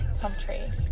country